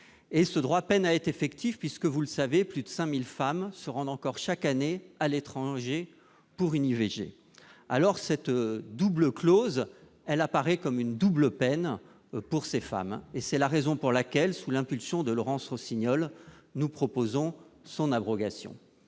Ce droit peine en outre à être effectif, 5 000 femmes se rendant encore chaque année à l'étranger pour une IVG. Cette double clause apparaît comme une double peine pour ces femmes. C'est la raison pour laquelle, sous l'impulsion de Laurence Rossignol, nous proposons son abrogation.